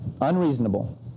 unreasonable